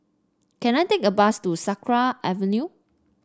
can I take a bus to Sakra Avenue